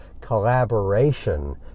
collaboration